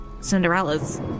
Cinderella's